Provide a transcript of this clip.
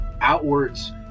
outwards